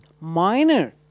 minor